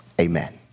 Amen